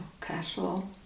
casual